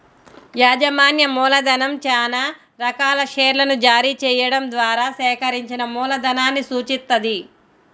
యాజమాన్య మూలధనం చానా రకాల షేర్లను జారీ చెయ్యడం ద్వారా సేకరించిన మూలధనాన్ని సూచిత్తది